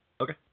Okay